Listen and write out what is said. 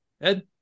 Ed